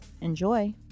Enjoy